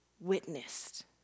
witnessed